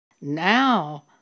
Now